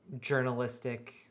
journalistic